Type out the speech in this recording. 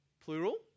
plural